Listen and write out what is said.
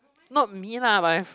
not me lah my f~